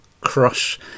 crush